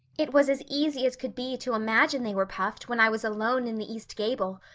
it was as easy as could be to imagine they were puffed when i was alone in the east gable,